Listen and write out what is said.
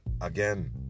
again